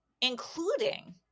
including